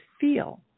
feel